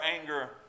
anger